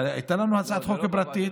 הייתה לנו הצעת חוק פרטית.